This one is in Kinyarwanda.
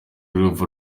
y’urupfu